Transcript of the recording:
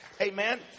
Amen